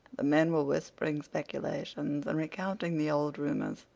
the men were whispering speculations and recounting the old rumors.